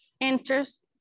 enters